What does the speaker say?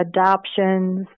adoptions